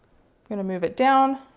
going to move it down.